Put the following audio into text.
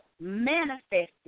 manifested